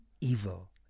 evil